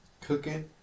cooking